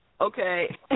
Okay